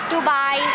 Dubai